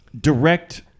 direct